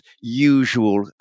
usual